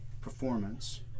performance